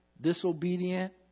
disobedient